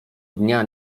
dnia